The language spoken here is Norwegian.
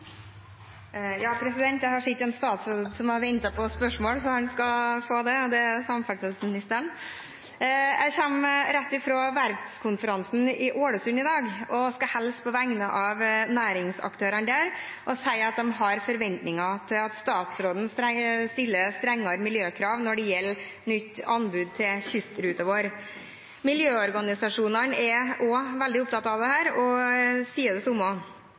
en statsråd som har ventet på spørsmål, så nå skal få det. Det er samferdselsministeren. Jeg kommer rett fra Verftskonferansen i Ålesund i dag, og skal hilse fra næringsaktørene der og si at de har forventninger til at statsråden stiller strengere miljøkrav når det gjelder nytt anbud til kystruten vår. Miljøorganisasjonene er også veldig opptatt av dette og sier det